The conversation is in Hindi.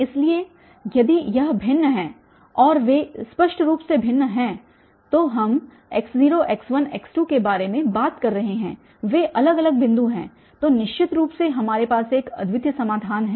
इसलिए यदि यह भिन्न हैं और वे स्पष्ट रूप से भिन्न हैं तो हम x0x1x2 के बारे में बात कर रहे हैं वे अलग अलग बिंदु हैं तो निश्चित रूप से हमारे पास यह अद्वितीय समाधान है